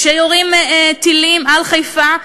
כשיורים טילים על חיפה,